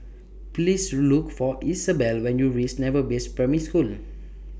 Please Look For Isabel when YOU REACH Naval Base Primary School